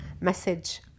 message